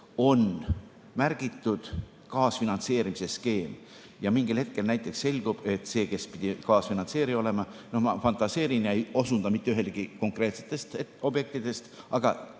on märgitud kaasfinantseerimise skeem ja mingil hetkel näiteks selgub, et see, kes pidi kaasfinantseerija olema – no ma fantaseerin ja ei osunda mitte ühelegi konkreetsetele objektile, aga